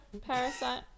Parasite